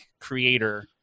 creator